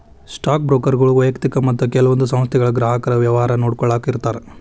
stock ಬ್ರೋಕರ್ಗಳು ವ್ಯಯಕ್ತಿಕ ಮತ್ತ ಕೆಲವೊಂದ್ ಸಂಸ್ಥೆಗಳ ಗ್ರಾಹಕರ ವ್ಯವಹಾರ ನೋಡ್ಕೊಳ್ಳಾಕ ಇರ್ತಾರ